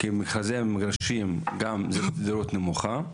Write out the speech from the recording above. כמכרזי המגרשים הם גם בסדירות נמוכה,